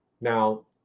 now